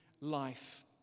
life